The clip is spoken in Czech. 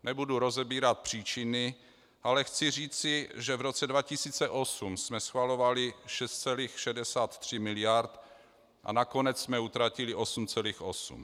Nebudu rozebírat příčiny, ale chci říci, že v roce 2008 jsme schvalovali 6,63 miliardy, a nakonec jsme utratili 8,8.